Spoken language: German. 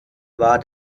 war